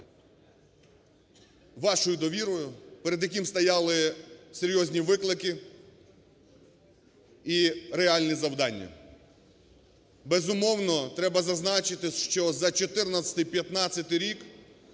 вашою довірою, перед яким стояли серйозні виклики і реальні завдання. Безумовно, треба зазначити, що за 2014-2015 рік